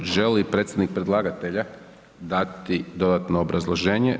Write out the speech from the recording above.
Želi li predstavnik predlagatelja dati dodatno obrazloženje?